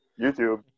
YouTube